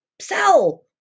sell